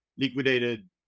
Liquidated